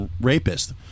rapist